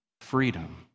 freedom